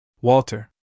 Walter